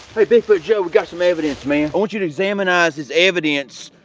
hey bigfoot joe, we got some evidence man. i want you to examinize this evidence.